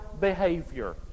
behavior